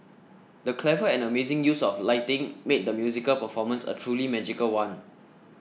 the clever and amazing use of lighting made the musical performance a truly magical one